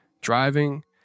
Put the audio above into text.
driving